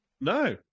no